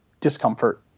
discomfort